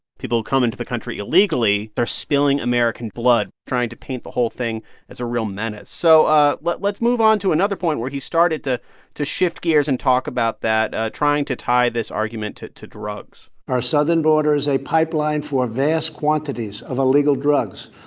people who come into the country illegally, they're spilling american blood, trying to paint the whole thing as a real menace. so ah let's move on to another point, where he started to to shift gears and talk about that, ah trying to tie this argument to to drugs our southern border is a pipeline for vast quantities of illegal drugs,